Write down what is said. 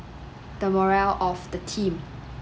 the morale of the team